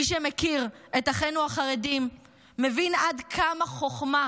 מי שמכיר את אחינו החרדים מבין עד כמה חוכמה